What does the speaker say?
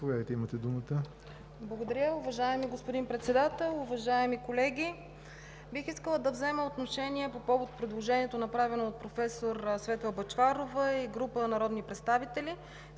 ИРЕНА ДИМОВА (ГЕРБ): Благодаря, уважаеми господин Председател. Уважаеми колеги, бих искала да взема отношение по повод предложението, направено от професор Светла Бъчварова и група народни представители,